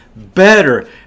better